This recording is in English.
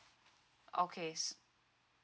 okay